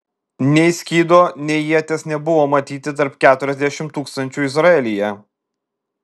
nei skydo nei ieties nebuvo matyti tarp keturiasdešimt tūkstančių izraelyje